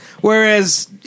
Whereas